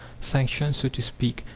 sanctioned, so to speak,